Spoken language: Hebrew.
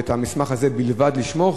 ואת המסמך הזה בלבד לשמור,